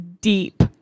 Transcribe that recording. deep